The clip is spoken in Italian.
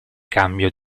cambio